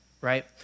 Right